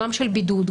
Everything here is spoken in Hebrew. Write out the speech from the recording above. גם של בידוד,